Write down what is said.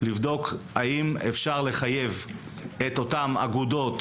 לבדוק האם אפשר לחייב את אותן אגודות,